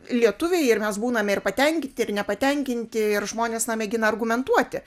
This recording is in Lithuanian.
lietuviai ir mes būname ir patenkinti ir nepatenkinti ir žmonės na mėgina argumentuoti